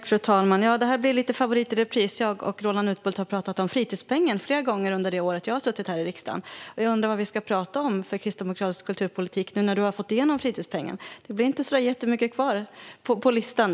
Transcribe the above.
Fru talman! Detta blir lite grann en favorit i repris. Jag och Roland Utbult har talat om fritidspengen flera gånger under det år som jag har suttit här i riksdagen. Jag undrar vilken kristdemokratisk kulturpolitik vi ska tala om nu när du har fått igenom fritidspengen, Roland Utbult. Det blir inte så jättemycket kvar på listan.